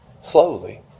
slowly